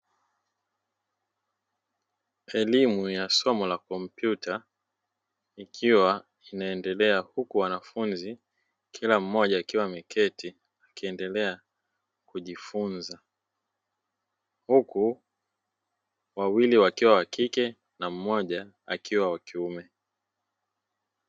Elimu ya somo la kompyuta ikiwa inaendelea huku wanafunzi kila mmoja akiwa ameketi akiendelea kujifunza, huku wawili wakiwa wa kike na mmoja akiwa wa kiume.